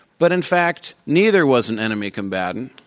but in fact, neither was an enemy combatant.